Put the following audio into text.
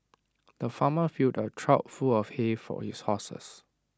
the farmer filled A trough full of hay for his horses